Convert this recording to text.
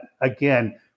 again